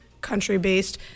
country-based